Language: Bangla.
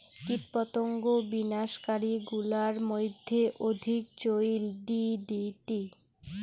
কীটপতঙ্গ বিনাশ কারী গুলার মইধ্যে অধিক চৈল ডি.ডি.টি